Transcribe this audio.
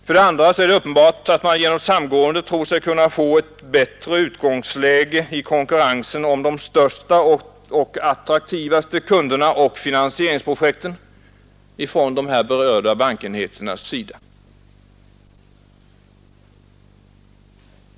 För det andra är det uppenbart att man genom samgåendet tror sig kunna få ett bättre utgångsläge i konkurrensen om de största och attraktivaste kunderna och finansieringsprojekten från de här berörda bankenheternas sida.